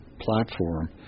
platform